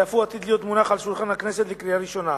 ואף הוא עתיד להיות מונח על שולחן הכנסת לקריאה ראשונה.